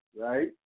right